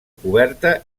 coberta